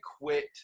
quit